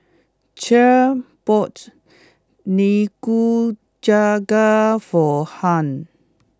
Cher bought Nikujaga for Hung